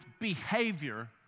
behavior